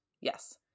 Yes